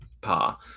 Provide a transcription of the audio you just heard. Par